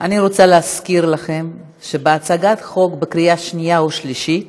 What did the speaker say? אני רוצה להזכיר לכם שבהצגת חוק בקריאה שנייה ושלישית